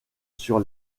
sur